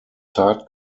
tat